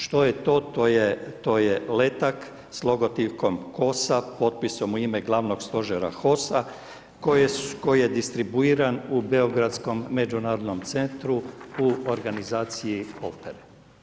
Što je to, to je letak s logotipom HOS-a, potpisom u ime Glavnog stožera HOS-a koji je distribuiran u beogradskom međunarodnom centru u organizaciji opere.